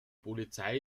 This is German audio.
polizei